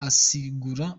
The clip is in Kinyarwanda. asigura